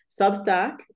Substack